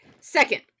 Second